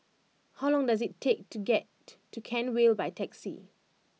how long does it take to get to Kent Vale by taxi